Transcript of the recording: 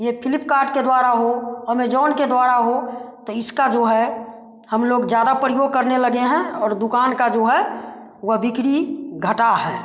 ये फ्लिपकार्ट के द्वारा हो अमेजॉन के द्वारा हो तो इसका जो है हम लोग ज्यादा प्रयोग करने लगे हैं और दुकान का जो है वह बिक्री घटा है